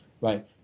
right